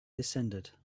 descended